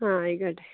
ആ ആയിക്കോട്ടെ